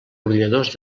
ordinadors